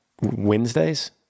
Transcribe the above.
Wednesdays